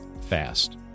fast